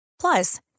Plus